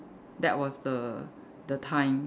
that was the the time